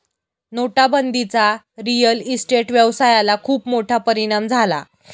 नोटाबंदीचा real estate व्यवसायाला खूप मोठा परिणाम झाला